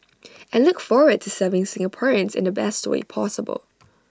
and look forward to serving Singaporeans in the best way possible